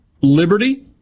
liberty